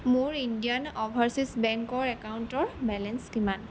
মোৰ Indian Overseas বেংকৰ একাউণ্টৰ বেলেঞ্চ কিমান